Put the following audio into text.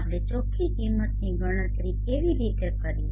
આપણે ચોખ્ખી કિંમતની ગણતરી કેવી રીતે કરીએ